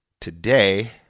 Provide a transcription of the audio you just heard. today